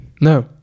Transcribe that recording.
No